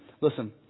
listen